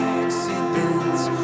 accidents